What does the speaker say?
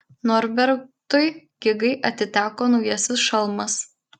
norbertui gigai atiteko naujasis šalmas